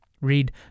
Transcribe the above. read